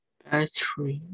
battery